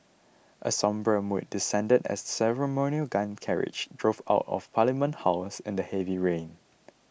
a sombre mood descended as the ceremonial gun carriage drove out of Parliament House in the heavy rain